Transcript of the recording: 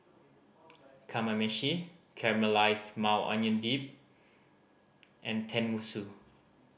Kamameshi Caramelized Maui Onion Dip and Tenmusu